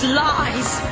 lies